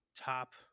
top